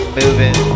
moving